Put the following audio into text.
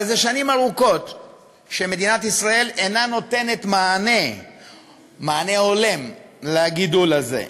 אבל זה שנים ארוכות שמדינת ישראל אינה נותנת מענה הולם לגידול הזה.